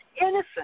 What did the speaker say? innocent